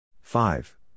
five